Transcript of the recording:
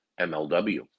MLW